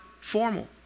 formal